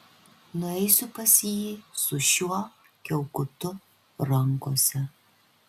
nueisiu pas jį su šiuo kiaukutu rankose